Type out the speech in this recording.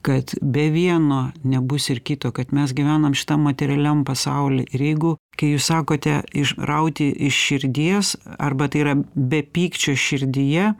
kad be vieno nebus ir kito kad mes gyvenam šitam materialiam pasauly ir jeigu kai jūs sakote išrauti iš širdies arba tai yra be pykčio širdyje